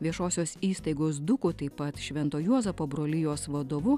viešosios įstaigos duku taip pat švento juozapo brolijos vadovu